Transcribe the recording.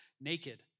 naked